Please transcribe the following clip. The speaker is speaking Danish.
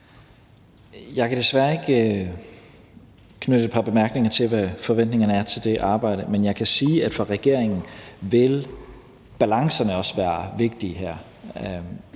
Jeg kan desværre ikke knytte et par bemærkninger til, hvad forventningerne er til det arbejde, men jeg kan sige, at for regeringen vil balancerne også være vigtige her.